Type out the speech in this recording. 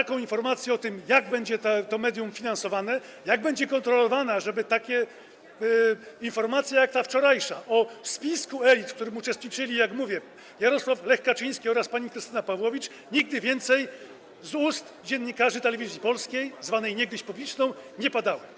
Chodzi o informację o tym, jak będzie to medium finansowane, jak będzie kontrolowane, ażeby takie informacje jak ta wczorajsza, o spisku elit, w którym uczestniczyli, jak mówię, Jarosław i Lech Kaczyńscy oraz pani Krystyna Pawłowicz, nigdy więcej z ust dziennikarzy Telewizji Polskiej, zwanej niegdyś publiczną, nie padały.